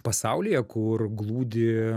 pasaulyje kur glūdi